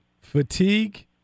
fatigue